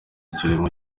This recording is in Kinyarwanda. kiremwa